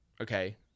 Okay